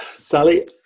Sally